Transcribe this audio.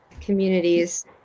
communities